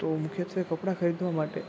તો મુખ્યત્વે કપડાં ખરીદવા માટે